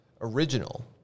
Original